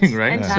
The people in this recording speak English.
right,